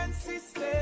system